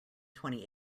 twenty